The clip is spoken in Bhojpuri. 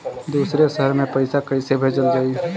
दूसरे शहर में पइसा कईसे भेजल जयी?